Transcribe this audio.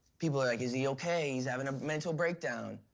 people are like, is he okay? he's having a mental breakdown,